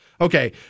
Okay